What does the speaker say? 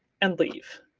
and leave.